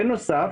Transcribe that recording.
בנוסף,